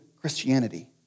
Christianity